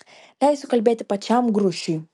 leisiu kalbėti pačiam grušiui